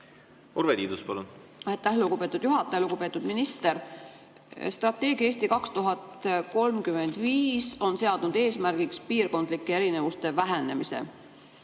Urve Tiidus, palun! Aitäh, lugupeetud juhataja! Lugupeetud minister! Strateegia "Eesti 2035" on seadnud eesmärgiks piirkondlike erinevuste vähenemise.